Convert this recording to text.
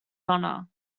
honour